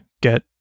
get